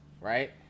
right